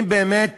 אם באמת